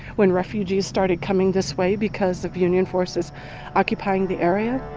when refugees started coming this way because of union forces occupying the area.